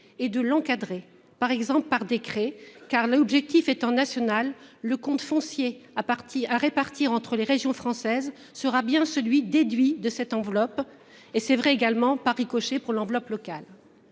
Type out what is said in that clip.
et de l'encadré par exemple par décret. Car l'objectif étant nationale le compte foncier à partie à répartir entre les régions françaises, sera bien celui déduit de cette enveloppe. Et c'est vrai également par ricochet pour l'enveloppe locales.